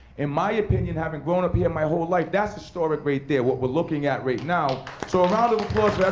in my opinion, having grown up here my whole life, that's historic right there, what we're looking at right now. so a round of applause